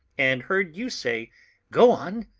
and heard you say go on!